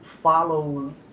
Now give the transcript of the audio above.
follow